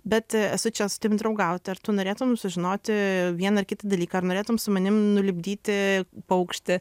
bet esu čia su tavim draugauti ar tu norėtum sužinoti vieną kitą dalyką ar norėtum su manim nulipdyti paukštį